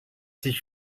zich